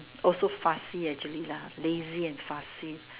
also fussy actually lah lazy and fussy